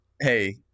Hey